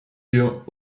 wir